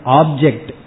object